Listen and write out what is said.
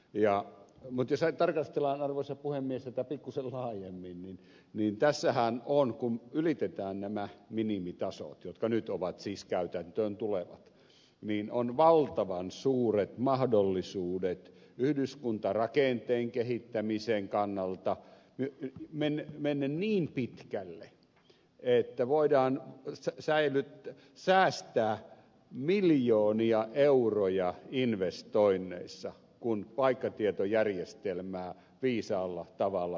mutta jos tarkastellaan arvoisa puhemies tätä pikkuisen laajemmin niin tässähän on kun ylitetään nämä minimitasot jotka nyt ovat siis käytäntöön tulevat valtavan suuret mahdollisuudet yhdyskuntarakenteen kehittämisen kannalta mennä niin pitkälle että voidaan säästää miljoonia euroja investoinneissa kun paikkatietojärjestelmää viisaalla tavalla hyödynnetään